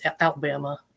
Alabama